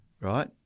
Right